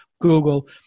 google